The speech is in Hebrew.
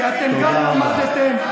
כי אתם גם למדתם,